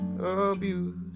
abuse